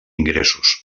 ingressos